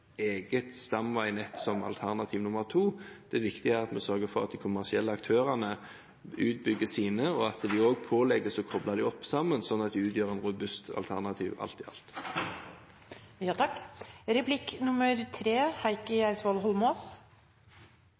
eget stamveinett som et alternativ nummer to. Det viktige er at vi sørger for at de kommersielle aktørene bygger ut sine, og at de også pålegges å koble dem sammen, slik at de utgjør et robust alternativ, alt i alt.